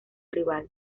rival